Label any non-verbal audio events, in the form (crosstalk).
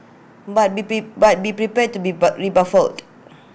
but be prey but be prepared to be (unintelligible) rebuffed